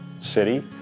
city